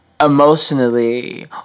emotionally